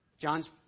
John's